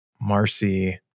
Marcy